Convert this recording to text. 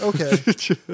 Okay